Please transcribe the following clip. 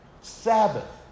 Sabbath